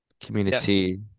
Community